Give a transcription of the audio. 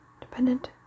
Dependent